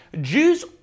Jews